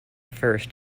first